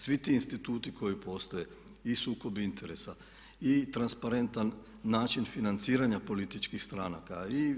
Svi ti instituti koji postoje i sukob interesa i transparentan način financiranja političkih stranaka i